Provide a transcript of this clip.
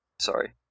Sorry